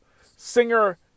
Singer